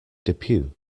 depew